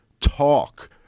talk